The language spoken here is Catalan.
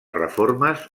reformes